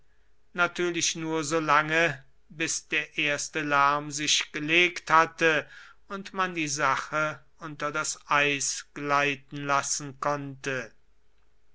natürlich nur so lange bis der erste lärm sich gelegt hatte und man die sache unter das eis gleiten lassen konnte